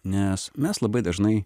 nes mes labai dažnai